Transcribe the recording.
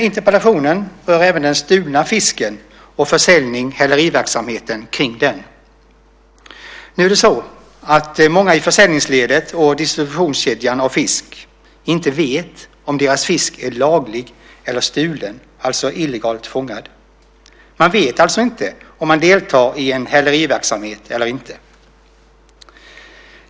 Interpellationen berör även den stulna fisken och försäljningen och häleriverksamheten kring den. Många i försäljningsledet och i distributionskedjan av fisk vet inte om deras fisk är laglig eller stulen, det vill säga illegalt fångad. Man vet alltså inte om man deltar i en häleriverksamhet eller inte.